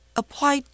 apply